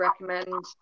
recommend